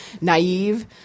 naive